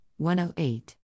108